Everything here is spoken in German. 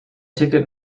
ticket